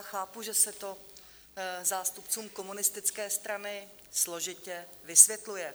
Chápu, že se to zástupcům komunistické strany složitě vysvětluje.